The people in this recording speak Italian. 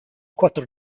quattro